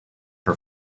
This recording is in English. her